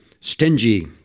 stingy